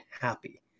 happy